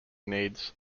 needs